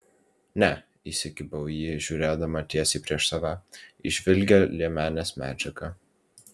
ne įsikibau į jį žiūrėdama tiesiai prieš save į žvilgią liemenės medžiagą